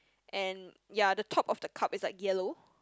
and ya the top of the cup is like yellow